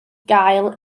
gael